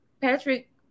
Patrick